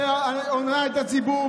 שהונתה את הציבור,